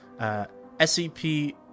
SCP